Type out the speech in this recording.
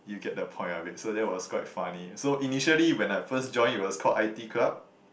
you get the point of it so that was quite funny so initially when I first join it was called the i_t club